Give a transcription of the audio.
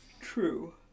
True